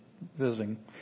visiting